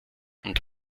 und